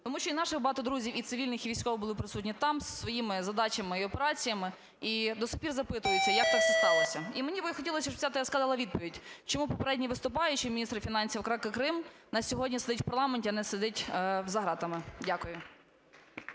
Тому що і наших багато друзів, і цивільних, і військових, були присутні там зі своїми задачами і операціями, і до сих пір запитують, як так це сталося. І мені би хотілося, щоб ця ТСК дала відповідь, чому попередній виступаючий міністр фінансів АР Крим у нас сьогодні стоїть в парламенті, а не сидить за ґратами. Дякую.